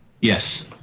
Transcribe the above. Yes